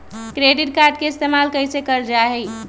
Credit card के इस्तेमाल कईसे करल जा लई?